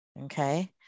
Okay